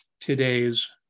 today's